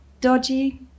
dodgy